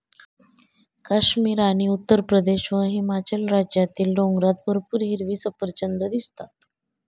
काश्मीर आणि उत्तरप्रदेश व हिमाचल प्रदेश राज्यातील डोंगरात भरपूर हिरवी सफरचंदं दिसतात